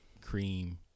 cream